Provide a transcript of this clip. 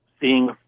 seeing